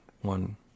one